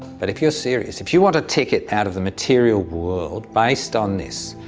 but if you are serious, if you want a ticket out of the material world, based on this,